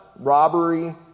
robbery